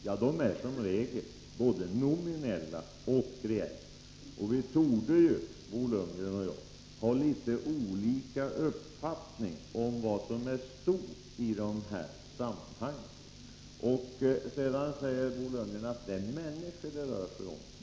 Ja, de är som regel både nominella och reella, och Bo Lundgren och jag torde ha litet olika uppfattning om vad som är stort i de här sammanhangen. Bo Lundgren säger att det är människor det rör sig om.